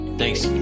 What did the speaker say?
Thanks